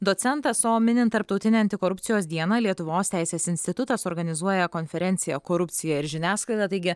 docentas o minint tarptautinę antikorupcijos dieną lietuvos teisės institutas organizuoja konferenciją korupcija ir žiniasklaida taigi